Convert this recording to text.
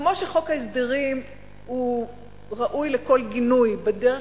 כמו שחוק ההסדרים ראוי לכל גינוי בדרך